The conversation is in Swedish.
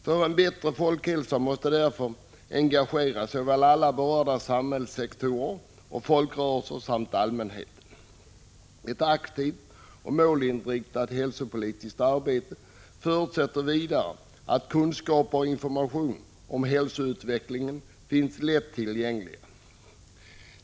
För en bättre folkhälsa måste därför såväl alla berörda samhällssektorer och folkrörelser som allmänheten engageras. Ett aktivt och målinriktat hälsopolitiskt arbete förutsätter vidare att kunskaper och information om hälsoutvecklingen finns lätt tillgängliga.